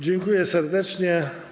Dziękuję serdecznie.